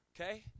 Okay